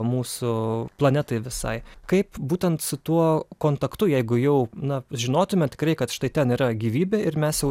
mūsų planetai visai kaip būtent su tuo kontaktu jeigu jau na žinotume tikrai kad štai ten yra gyvybė ir mes jau